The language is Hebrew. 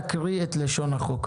אין אושר נא להקריא את לשון החוק,